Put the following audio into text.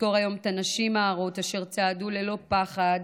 נזכור היום את הנשים ההרות אשר צעדו ללא פחד